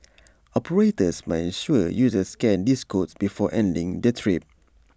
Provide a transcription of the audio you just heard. operators must ensure users scan these codes before ending their trip